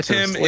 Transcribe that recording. Tim